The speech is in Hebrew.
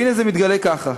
והנה זה מתגלה ככה: